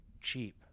cheap